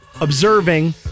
observing